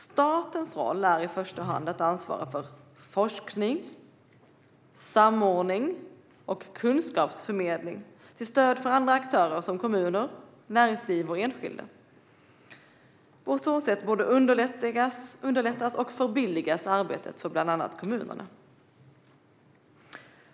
Statens roll är i första hand att ansvara för forskning, samordning och kunskapsförmedling till stöd för andra aktörer såsom kommuner, näringsliv och enskilda. På så sätt både underlättas och förbilligas arbetet för bland andra kommunerna.